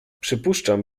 przypuszczam